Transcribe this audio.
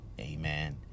Amen